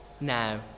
now